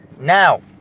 now